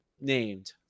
named